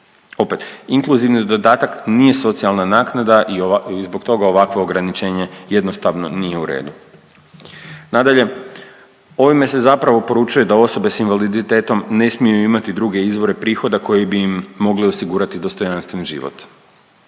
Opet, inkluzivni dodatak nije socijalna naknada i zbog toga ovakvo ograničenje jednostavno nije u redu. Nadalje, ovime se zapravo poručuje da osobe s invaliditetom ne smiju imati druge izvore prihoda koje bi im mogle osigurati dostojanstven život.